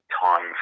time